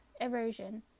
erosion